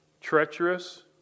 Treacherous